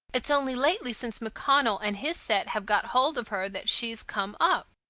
it's only lately, since macconnell and his set have got hold of her, that she's come up.